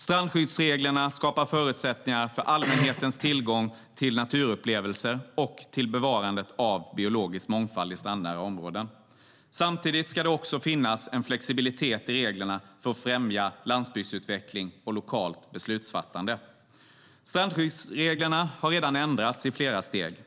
Strandskyddsreglerna skapar förutsättningar för allmänhetens tillgång till naturupplevelser och för bevarandet av biologisk mångfald i strandnära områden. Samtidigt ska det finnas en flexibilitet i reglerna för att främja landsbygdsutveckling och lokalt beslutsfattande. Strandskyddsreglerna har redan ändrats i flera steg.